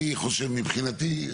מבחינתי,